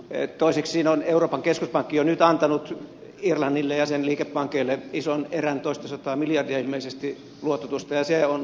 toiseksi on euroopan keskuspankki jo nyt antanut irlannille ja sen liikepankeille ison erän toista sataa miljardia ilmeisesti luototusta ja se on pääsääntöisesti vakuudellista